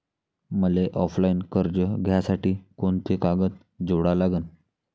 मले ऑफलाईन कर्ज घ्यासाठी कोंते कागद जोडा लागन?